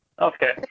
Okay